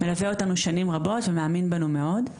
הוא מלווה אותנו כבר שנים רבות ומאמין בנו מאוד.